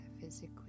physically